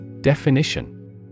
Definition